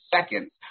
seconds